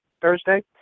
Thursday